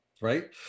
Right